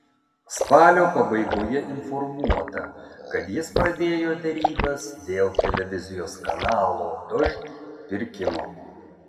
spalio pabaigoje informuota kad jis pradėjo derybas dėl televizijos kanalo dožd pirkimo